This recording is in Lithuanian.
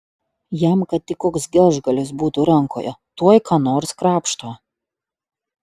jam kad tik koks gelžgalys būtų rankoje tuoj ką nors krapšto